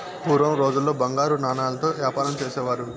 పూర్వం రోజుల్లో బంగారు నాణాలతో యాపారం చేసేవారు